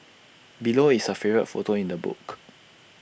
below is her favourite photo in the book